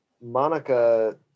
Monica